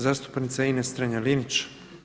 Zastupnica Ines Strenja-Linić.